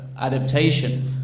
adaptation